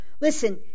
Listen